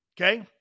okay